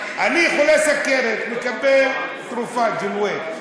אני חולה סוכרת, מקבל תרופה, ג'נואט,